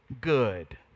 good